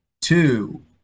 two